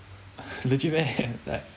legit meh